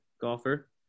golfer